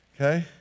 okay